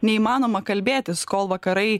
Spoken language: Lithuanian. neįmanoma kalbėtis kol vakarai